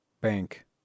bank